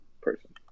person